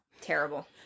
Terrible